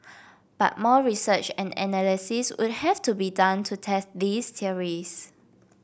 but more research and analysis would have to be done to test these theories